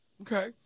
Okay